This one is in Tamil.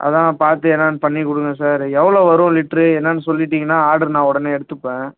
அதுதான் பார்த்து என்னென்னு பண்ணிக் கொடுங்க சார் எவ்வளோ வரும் லிட்ரு என்னென்னு சொல்லிவிட்டீங்கன்னா ஆர்டர் நான் உடனே எடுத்துப்பேன்